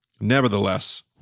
nevertheless